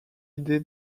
idée